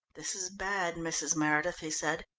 this is bad, mrs. meredith, he said.